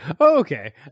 okay